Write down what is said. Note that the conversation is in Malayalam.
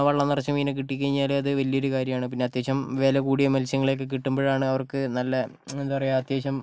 വള്ളം നിറച്ച് മീനിനെ കിട്ടി കഴിഞ്ഞാലത് വലിയൊരു കാര്യമാണ് പിന്നെ അത്യാവശ്യം വില കൂടിയ മത്സ്യങ്ങളൊക്കെ കിട്ടുമ്പോളാണ് അവർക്ക് നല്ല എന്താ പറയുക അത്യാവശ്യം